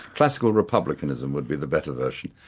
classical republicanism would be the better version.